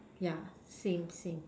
yeah same same